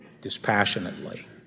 dispassionately